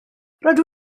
rydw